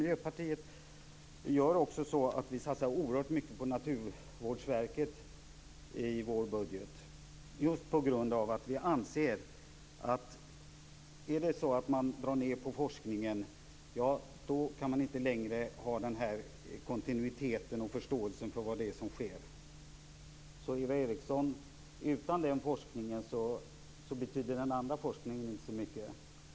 Miljöpartiet satsar oerhört mycket på Naturvårdsverket i vår budget, just på grund av att vi anser att om man drar ned på forskningen, kan man inte längre få en kontinuitet i förståelsen av vad som sker. Eva Eriksson! Utan denna forskning betyder den andra forskningen inte så mycket.